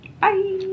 Bye